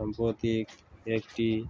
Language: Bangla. সাম্প্রতিক একটি